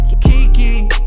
Kiki